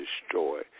destroy